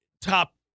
top